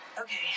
okay